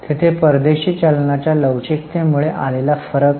तेथे परदेशी चलनाच्या लवचिकतेमुळे आलेला फरक आहे